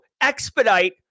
expedite